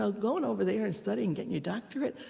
ah going over there and studying, getting your doctorate.